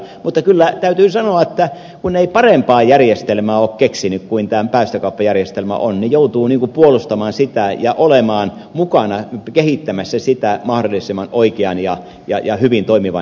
mutta kyllä täytyy sanoa että kun ei parempaa järjestelmää ole keksitty kuin tämä päästökauppajärjestelmä on niin joutuu puolustamaan sitä ja olemaan mukana kehittämässä sitä mahdollisimman oikeaan ja hyvin toimivaan järjestelmään